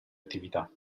attività